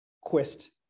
quest